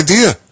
idea